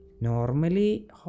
Normally